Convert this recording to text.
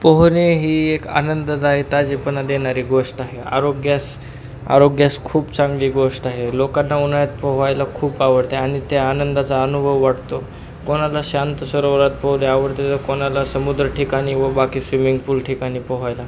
पोहणे ही एक आनंददायक ताजेपणा देणारी गोष्ट आहे आरोग्यास आरोग्यास खूप चांगली गोष्ट आहे लोकांना उन्हाळ्यात पोहायला खूप आवडते आणि त्या आनंदाचा अनुभव वाटतो कोणाला शांत सरोवरात पोहले आवडते तर कोणाला समुद्र ठिकाणी व बाकी स्विमिंग पूल ठिकाणी पोहायला